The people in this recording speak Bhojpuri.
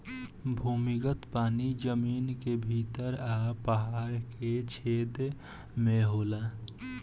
भूमिगत पानी जमीन के भीतर आ पहाड़ के छेद में होला